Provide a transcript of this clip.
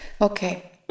Okay